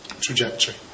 trajectory